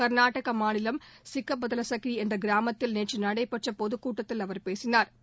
க்நாடக மாநிலம் சிக்கபதசலகி என்ற கிராமத்தில் நேற்று நடைபெற்ற பொதுக்கூட்டத்தில் அவர் பேசினா்